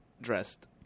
dressed